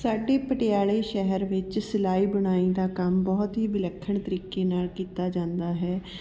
ਸਾਡੇ ਪਟਿਆਲੇ ਸ਼ਹਿਰ ਵਿੱਚ ਸਿਲਾਈ ਬੁਣਾਈ ਦਾ ਕੰਮ ਬਹੁਤ ਹੀ ਵਿਲੱਖਣ ਤਰੀਕੇ ਨਾਲ ਕੀਤਾ ਜਾਂਦਾ ਹੈ